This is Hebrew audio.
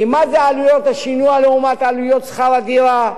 כי מה זה עלויות השינוע לעומת עלויות שכר הדירה,